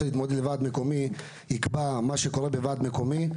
להתמודד לוועד מקומי יקבע את מה שקורה בוועד המקומי.